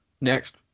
Next